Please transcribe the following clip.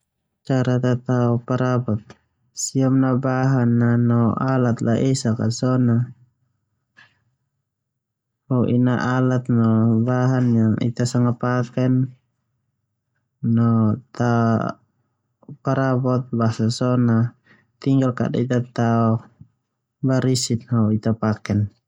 Cara tao perabot, siapa an bahan laesak no siap na alat a basa so na ho'i na alat yang ita sanga paken neu tao perabot basa so na tinggal kada tao barisin.